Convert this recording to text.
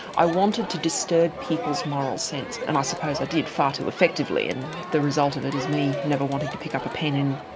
i wanted to disturb people's moral sense. and i suppose i did, far too effectively, and the result of it is me never wanting to pick up a pen in